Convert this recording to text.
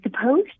supposed